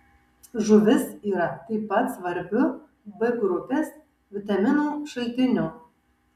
žuvis yra taip pat svarbiu b grupės vitaminų šaltiniu